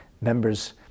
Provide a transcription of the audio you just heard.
members